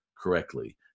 correctly